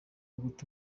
guta